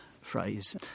phrase